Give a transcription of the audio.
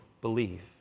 believe